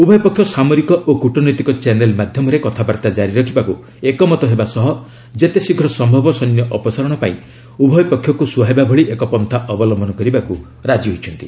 ଉଭୟ ପକ୍ଷ ସାମରିକ ଓ କ୍ରଟନୈତିକ ଚ୍ୟାନେଲ୍ ମାଧ୍ୟମରେ କଥାବାର୍ତ୍ତା ଜାରି ରଖିବାକୁ ଏକମତ ହେବା ସହ ଯେତେ ଶୀଘ୍ର ସମ୍ଭବ ସୈନ୍ୟ ଅପସାରଣ ପାଇଁ ଉଭୟ ପକ୍ଷକୁ ସୁହାଇବା ଭଳି ଏକ ପନ୍ଥା ଅବଲମ୍ଭନ କରିବାକୁ ରାଜି ହୋଇଛନ୍ତି